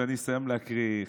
כשאני אסיים להקריא,